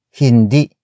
hindi